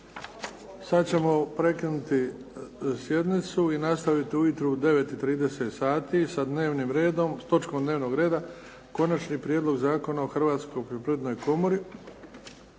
Sad ćemo prekinuti sjednicu i nastaviti ujutro u 9 i 30 sati sa dnevnim redom, s točkom dnevnog reda Konačni prijedlog Zakona o Hrvatskoj poljoprivrednoj komori,